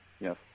Yes